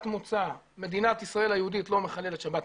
מוצא במדינת ישראל היהודית לא מחללת שבת.